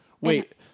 Wait